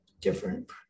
different